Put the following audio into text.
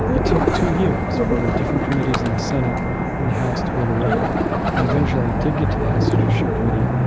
it took two years for different committees in the senate and the house to build a record and eventually did get to the house judiciary committee,